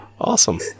awesome